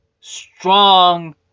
strong